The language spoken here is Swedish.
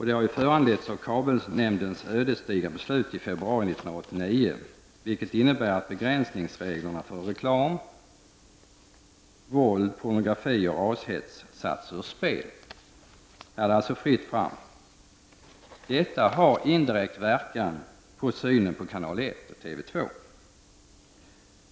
Det har föranletts av kabelnämndens ödesdigra beslut i februari 1989, vilket innebar att begränsningsreglerna för reklam vad gäller våld, pornografi och rashets har satts ur spel. Här är det alltså fritt fram. Detta har indirekt inverkan på synen på Kanal 1 och TV 2.